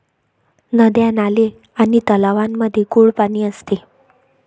नद्या, नाले आणि तलावांमध्ये गोड पाणी असते